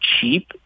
cheap